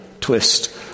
Twist